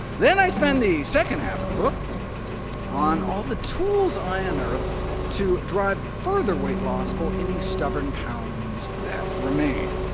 then i spend the second half of the book on all the tools i unearthed to drive further weight loss for any stubborn pounds that remain.